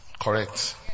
correct